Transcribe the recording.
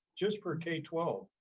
just for k twelve.